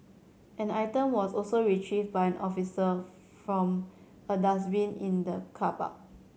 an item was also retrieved by an officer from a dustbin in the car park